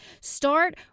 Start